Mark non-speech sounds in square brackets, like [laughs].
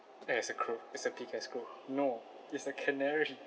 ya it's a crow that's a big ass crow no it's a canary [laughs]